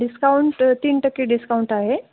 discount तीन टक्के discount आहे